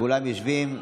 כולם יושבים.